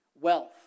wealth